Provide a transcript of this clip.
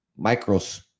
micros